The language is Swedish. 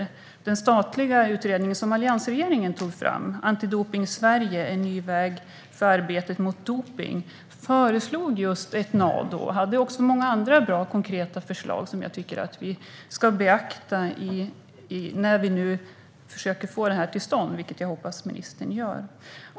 I den statliga utredningen, som alliansregeringen tog initiativ till, Antidopning Sverige - En ny väg för arbetet mot dopning föreslogs just en Nado. Utredningen hade många andra bra och konkreta förslag. Jag tycker att vi ska beakta dem när vi nu ska försöka genomföra det här, vilket jag hoppas att ministern kommer att göra.